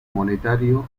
monetario